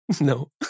No